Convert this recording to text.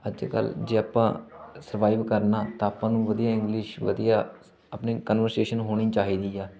ਅੱਜ ਕੱਲ੍ਹ ਜੇ ਆਪਾਂ ਸਰਵਾਈਵ ਕਰਨਾ ਤਾਂ ਆਪਾਂ ਨੂੰ ਵਧੀਆ ਇੰਗਲਿਸ਼ ਵਧੀਆ ਆਪਣੀ ਕਨਵਰਸੇਸ਼ਨ ਹੋਣੀ ਚਾਹੀਦੀ ਆ